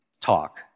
talk